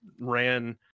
ran